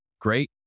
great